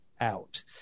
out